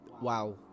Wow